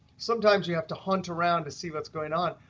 sometimes you have to hunt around to see what's going on.